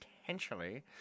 potentially